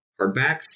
hardbacks